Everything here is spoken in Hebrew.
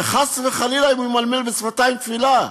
וחס וחלילה אם הוא ימלמל בשפתיים תפילה.